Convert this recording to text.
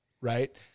right